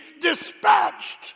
dispatched